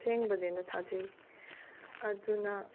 ꯑꯁꯦꯡꯕꯅꯦꯅ ꯊꯥꯖꯩ ꯑꯗꯨꯅ